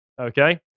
okay